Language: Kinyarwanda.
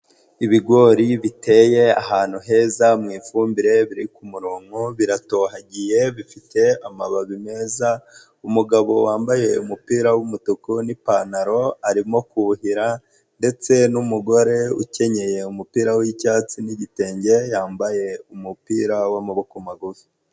Ibigori biteye ahantu heza mu ifumbire biri kumurongo, biratohagiye bifite amababi meza, umugabo wambaye umupira w'umutuku n'ipantaro, arimo kuhira ndetse n'umugore ukenyeye umupira w'icyatsi n'igitenge yambaye umupira w'amaboko magufi.